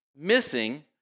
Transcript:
missing